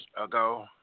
ago